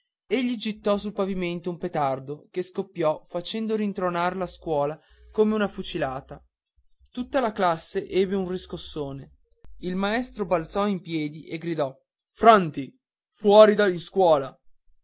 egli gittò sul pavimento un petardo che scoppiò facendo rintronar la scuola come una fucilata tutta la classe ebbe un riscossone il maestro balzò in piedi e gridò franti fuori di scuola